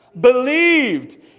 Believed